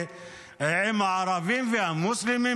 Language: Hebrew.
עם הערבים והמוסלמים,